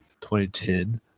2010